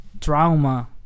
trauma